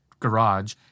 garage